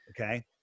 okay